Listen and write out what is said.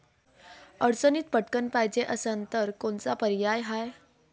अडचणीत पटकण पायजे असन तर कोनचा पर्याय हाय?